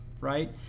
Right